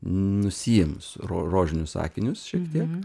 nusiėmus ro rožinius akinius šiek tiek